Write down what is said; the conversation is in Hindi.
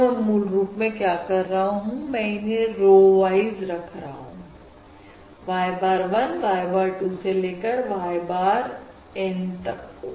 तो मैं मूल रूप में क्या कर रहा हूं मैं इन्हें रो वाइज रख रहा हूं y bar 1 y bar 2 से लेकर y bar N तक को